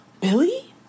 Billy